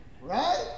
Right